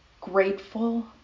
grateful